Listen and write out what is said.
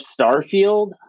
Starfield